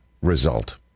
result